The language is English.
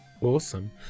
Awesome